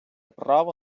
право